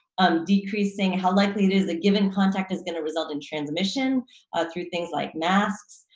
um decreasing how likely it is the given contact is gonna result in transmission through things like masks.